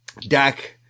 Dak